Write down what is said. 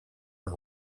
her